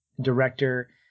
director